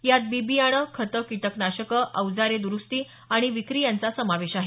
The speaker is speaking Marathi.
यात बि बियाणं खतं किटक नाशक औजारं दुरूस्ती आणि विक्री यांचा समावेश आहे